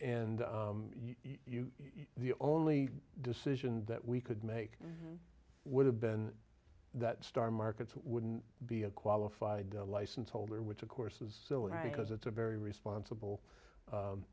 and you the only decision that we could make would have been that star markets wouldn't be a qualified license holder which of course is silly because it's a very responsible